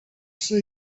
see